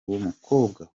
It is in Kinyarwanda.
w’umukobwa